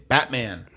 Batman